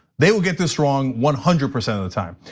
they will get this wrong one hundred percent of the time.